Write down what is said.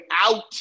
out